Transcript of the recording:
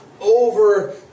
over